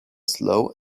slow